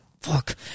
fuck